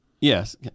Yes